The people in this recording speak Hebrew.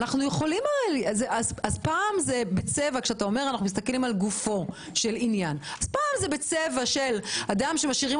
אז כשאנחנו מסתכלים לגופו של עניין פעם זה בצבע של אדם שמשאירים